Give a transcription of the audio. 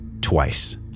twice